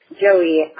joey